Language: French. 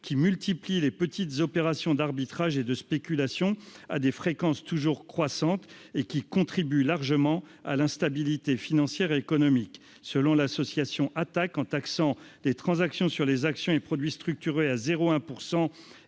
qui multiplie les petites opérations d'arbitrage et de spéculation à des fréquences toujours croissante et qui contribue largement à l'instabilité financière, économique, selon l'association Attac en taxant les transactions sur les actions et produits structurés à 0 1